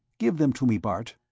give them to me, bart.